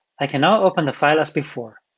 i can now open the file as before.